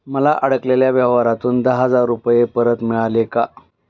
मला अडकलेल्या व्यवहारातून दहा हजार रुपये परत मिळाले का